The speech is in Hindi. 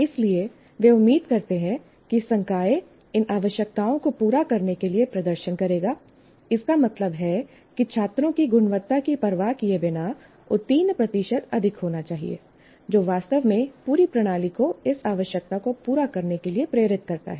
इसलिए वे उम्मीद करते हैं कि संकाय इन आवश्यकताओं को पूरा करने के लिए प्रदर्शन करेगा इसका मतलब है कि छात्रों की गुणवत्ता की परवाह किए बिना उत्तीर्ण प्रतिशत अधिक होना चाहिए जो वास्तव में पूरी प्रणाली को इस आवश्यकता को पूरा करने के लिए प्रेरित करता है